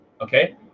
okay